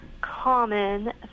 common